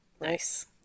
Nice